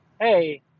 hey